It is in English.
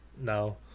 no